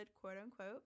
quote-unquote